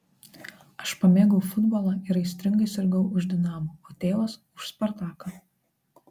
aš pamėgau futbolą ir aistringai sirgau už dinamo o tėvas už spartaką